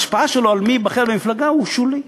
ההשפעה שלו על מי ייבחר במפלגה היא שולית.